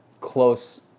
close